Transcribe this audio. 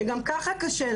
שגם ככה קשה להן,